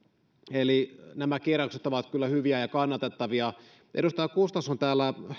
eli nämä kirjaukset ovat kyllä hyviä ja kannatettavia edustaja gustafsson täällä